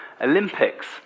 Olympics